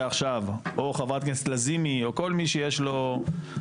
עכשיו או חברת הכנסת לזימי או כל מי שיש לו זמן